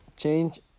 Change